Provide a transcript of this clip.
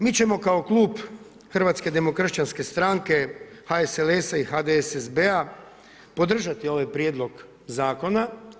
Mi ćemo kao klub Hrvatske demokršćanske stranke, HSLS-a i HDSSB-a podržati ovaj prijedlog zakona.